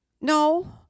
no